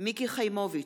מיקי חיימוביץ'